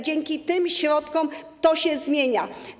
Dzięki tym środkom to się zmienia.